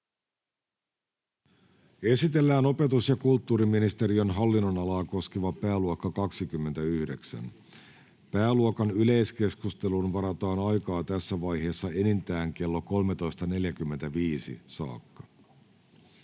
Esitellään opetus- ja kulttuuriministeriön hallinnonalaa koskeva pääluokka 29. Pääluokan yleiskeskusteluun varataan aikaa tässä vaiheessa enintään kello 13.45 saakka.